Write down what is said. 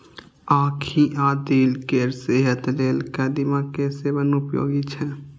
आंखि आ दिल केर सेहत लेल कदीमा के सेवन उपयोगी छै